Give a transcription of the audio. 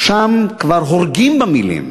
שם כבר הורגים במילים.